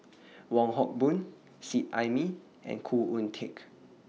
Wong Hock Boon Seet Ai Mee and Khoo Oon Teik